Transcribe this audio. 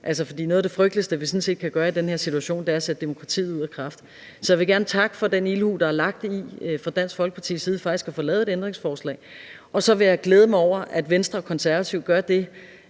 altså fordi noget af det frygteligste, vi sådan set kan gøre i den her situation, er at sætte demokratiet ud af kraft. Så jeg vil gerne takke for den ildhu, der fra Dansk Folkepartis side er lagt for dagen i forhold til faktisk at få lavet et ændringsforslag, og så vil jeg glæde mig over, at Venstre og Konservative gør det,